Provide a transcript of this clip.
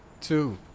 two